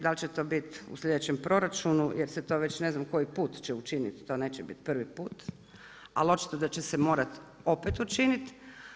Da li će to biti u sljedećem proračunu jer se to već ne znam koji put će učiniti, to neće biti prvi put, ali očito da će se morati opet učiniti.